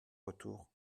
retour